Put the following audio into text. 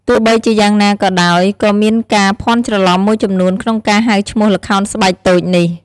ទោះបីជាយ៉ាងណាក៏ដោយ ក៏មានការភ័ន្តច្រឡំមួយចំនួនក្នុងការហៅឈ្មោះល្ខោនស្បែកតូចនេះ ។